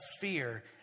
fear